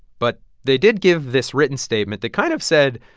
but they did give this written statement. they kind of said,